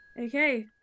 Okay